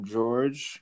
George